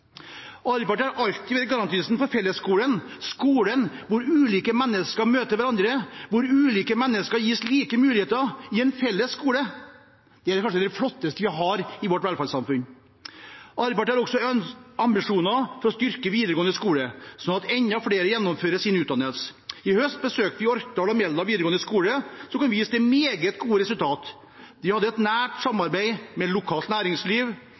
Arbeiderpartiet har alltid vært garantisten for fellesskolen, skolen hvor ulike mennesker møter hverandre, hvor ulike mennesker gis like muligheter. Det er kanskje det flotteste vi har i vårt velferdssamfunn. Arbeiderpartiet har også ambisjoner om å styrke videregående skole, slik at enda flere gjennomfører sin utdanning. I høst besøkte vi Orkdal og Meldal videregående skoler, som kunne vise til meget gode resultater. De hadde et nært samarbeid med lokalt næringsliv,